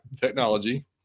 technology